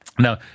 Now